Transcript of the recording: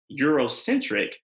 Eurocentric